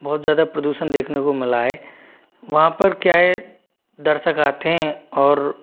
बहुत ज़्यादा प्रदूषण देखने को मिला है वहाँ पर क्या है दर्शक आते हैं और